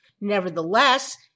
Nevertheless